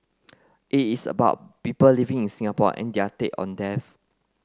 it is about people living in Singapore and their take on death